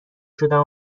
شدم